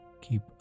keep